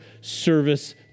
service